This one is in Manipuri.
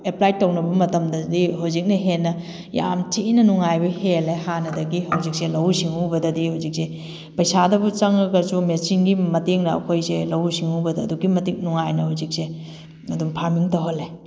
ꯑꯦꯄ꯭ꯂꯥꯏꯠ ꯇꯧꯅꯕ ꯃꯇꯝꯗꯗꯤ ꯍꯧꯖꯤꯛꯅ ꯍꯦꯟꯅ ꯌꯥꯝ ꯊꯤꯅ ꯅꯨꯡꯉꯥꯏꯕ ꯍꯦꯜꯂꯦ ꯍꯥꯟꯅꯗꯒꯤ ꯍꯧꯖꯤꯛꯁꯦ ꯂꯧꯎ ꯁꯤꯡꯎꯕꯗꯗꯤ ꯍꯧꯖꯤꯛꯁꯦ ꯄꯩꯁꯥꯗꯕꯨ ꯆꯪꯉꯒꯁꯨ ꯃꯦꯆꯤꯟꯒꯤ ꯃꯇꯦꯡꯅ ꯑꯩꯈꯣꯏꯁꯦ ꯂꯧꯎ ꯁꯤꯡꯎꯕꯗ ꯑꯗꯨꯛꯀꯤ ꯃꯇꯤꯛ ꯅꯨꯡꯉꯥꯏꯅ ꯍꯧꯖꯤꯛꯁꯦ ꯑꯗꯨꯝ ꯐꯥꯔꯃꯤꯡ ꯇꯧꯍꯜꯂꯦ